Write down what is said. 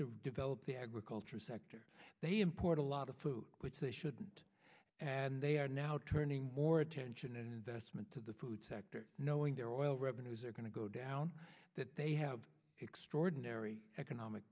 to develop the agricultural sector they import a lot of food which they shouldn't and they are now turning more attention and investment to the food sector knowing their oil revenues are going to go down that they have extraordinary economic